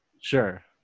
Sure